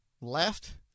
left